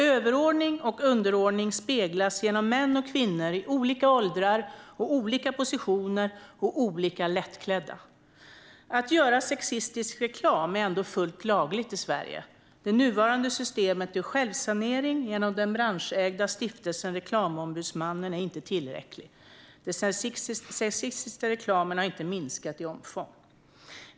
Överordning och underordning speglas genom män och kvinnor i olika åldrar och olika positioner och de är olika lättklädda. Att göra sexistisk reklam är dock fullt lagligt i Sverige. Det nuvarande systemet med självsanering genom den branschägda stiftelsen Reklamombudsmannen är inte tillräckligt. Den sexistiska reklamen har inte minskat i omfång.